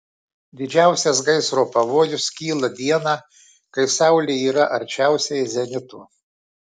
didžiausias gaisro pavojus kyla dieną kai saulė yra arčiausiai zenito